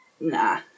nah